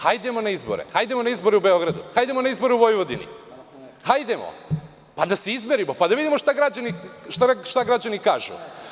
Hajdemo na izbore, hajdemo na izbore u Beogradu, hajdemo na izbore u Vojvodini, hajdemo, pa da se izmerimo, da vidimo šta građani kažu.